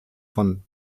von